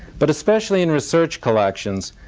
but especially in research collections,